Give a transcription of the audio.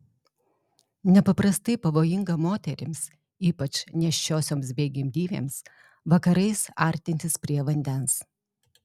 nepaprastai pavojinga moterims ypač nėščiosioms bei gimdyvėms vakarais artintis prie vandens